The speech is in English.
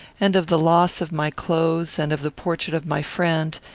and of the loss of my clothes and of the portrait of my friend,